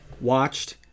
watched